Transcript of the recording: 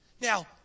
Now